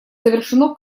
завершено